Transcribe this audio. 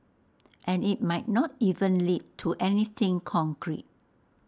and IT might not even lead to anything concrete